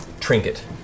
Trinket